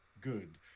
good